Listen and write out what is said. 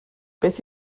beth